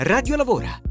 Radiolavora